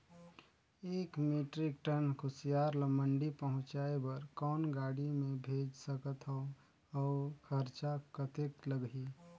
एक metric tonne कुसियार ल मंडी पहुंचाय बर कौन गाड़ी मे भेज सकत हव अउ खरचा कतेक लगही?